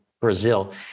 Brazil